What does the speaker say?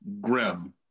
grim